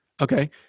Okay